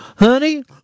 Honey